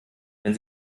wenn